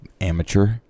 amateur